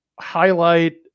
highlight